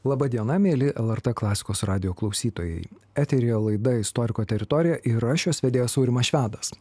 laba diena mieli lrt klasikos radijo klausytojai eteryje laida istoriko teritorija ir aš jos vedėjas aurimas švedas